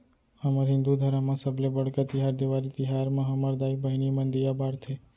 हमर हिंदू धरम म सबले बड़का तिहार देवारी तिहार म हमर दाई बहिनी मन दीया बारथे